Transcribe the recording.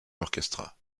orchestra